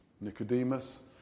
Nicodemus